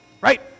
right